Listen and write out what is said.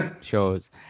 shows